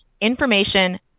information